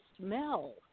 smell